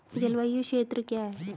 जलवायु क्षेत्र क्या है?